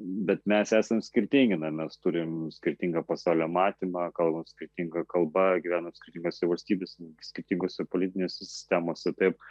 bet mes esam skirtingi mes turim skirtingą pasaulio matymą kalba skirtinga kalba gyvenam skirtingose valstybėse skirtingose politinėse sistemose taip